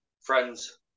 friends